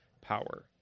power